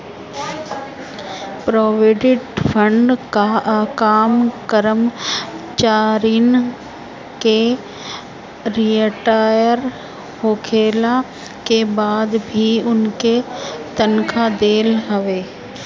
provident fund कअ काम करमचारिन के रिटायर होखला के बाद भी उनके तनखा देहल हवे